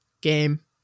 game